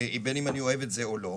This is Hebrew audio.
בין אני אוהב את זה או לא,